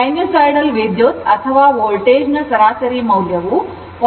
sinusoidal ವಿದ್ಯುತ್ ಹರಿವು ಅಥವಾ ವೋಲ್ಟೇಜ್ನ ಸರಾಸರಿ ಮೌಲ್ಯವು 0